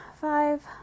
five